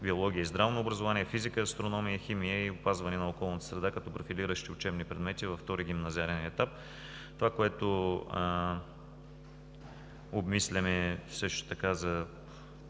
биология и здравно образование, физика и астрономия, химия и опазване на околната среда като профилиращи учебни предмети във втори гимназиален етап, със собствени средства и